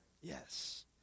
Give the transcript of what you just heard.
Yes